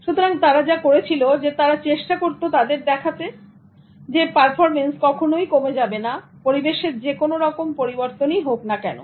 সুতরাং তারা চেষ্টা করত দেখাতে যে পারফরমেন্স কখনোই কমে যাবে না পরিবেশের যে কোনো রকম পরিবর্তন হোক না কেন